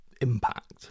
impact